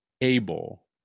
able